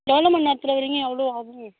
எவ்வளோ மண்நேரத்தில் வருவீங்க எவ்வளோ ஆகும்